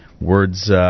words